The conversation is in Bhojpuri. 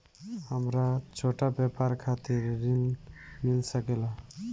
हमरा छोटा व्यापार खातिर ऋण मिल सके ला?